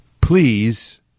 Please